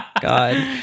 god